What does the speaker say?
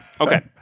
Okay